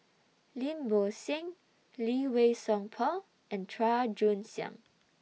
Lim Bo Seng Lee Wei Song Paul and Chua Joon Siang